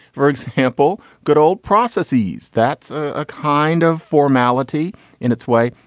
for example, good old processes. that's a kind of formality in its way,